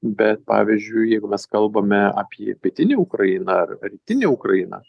bet pavyzdžiui jeigu mes kalbame apie pietinę ukrainą ar rytinę ukrainą